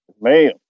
Man